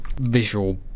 visual